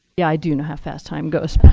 yeah, i do know how fast time goes.